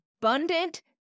abundant